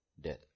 death